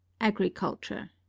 Agriculture